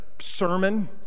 sermon